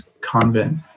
convent